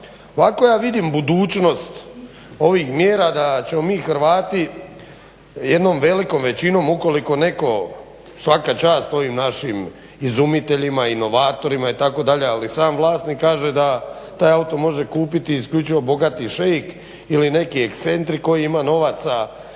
Ovako ja vidim budućnost ovih mjera da ćemo mi Hrvati jednom velikom većinom ukoliko netko svaka čast ovim našim izumiteljima, inovatorima itd. Ali sam vlasnik kaže da taj auto može kupiti isključivo bogati šeik ili neki ekscentrik koji ima novaca